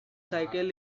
cycle